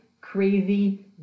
crazy